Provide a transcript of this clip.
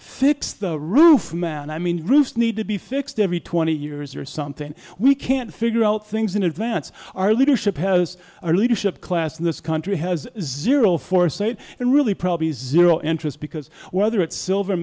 fix the roof man i mean roofs need to be fixed every twenty years or something we can't figure out things in advance our leadership has our leadership class in this country has zero for sale and really probably zero interest because whether it's silver